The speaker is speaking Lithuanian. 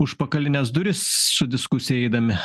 užpakalines duris su diskusija įeidami